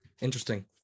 interesting